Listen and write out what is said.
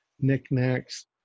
knickknacks